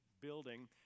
building